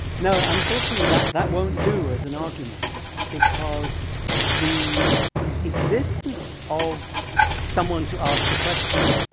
no, unfortunately that that won't do as an argument because the existence of someone to ask the question